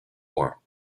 more